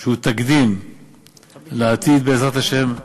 שהוא תקדים לעתיד, בעזרת השם.